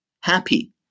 happy